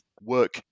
work